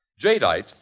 Jadeite